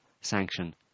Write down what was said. sanction